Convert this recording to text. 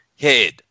head